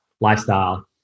lifestyle